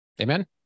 amen